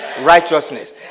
Righteousness